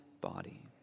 body